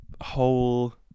whole